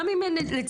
גם אם הם --- הסנקציה.